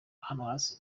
hasi